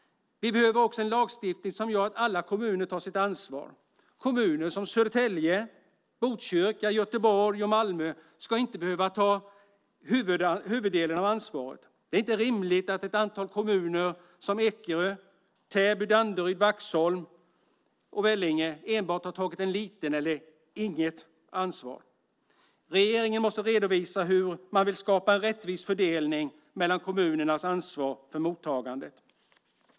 Vi behöver också en lagstiftning som gör att alla kommuner tar sitt ansvar. Kommuner som Södertälje, Botkyrka, Göteborg och Malmö ska inte behöva ta huvuddelen av ansvaret. Det är inte rimligt att ett antal kommuner som Ekerö, Täby, Danderyd, Vaxholm och Vellinge har tagit bara ett litet - eller inget - ansvar. Regeringen måste redovisa hur man vill skapa en rättvis fördelning mellan kommunernas ansvar för mottagandet.